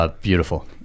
Beautiful